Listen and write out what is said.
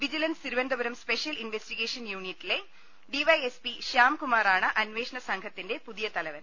vigilance Thiruvananthapuram special investigation യൂണിറ്റിലെ D Y S P ശൃാംകുമാറാണ് അന്വേഷണ സംഘത്തിന്റെ പുതിയ തലവൻ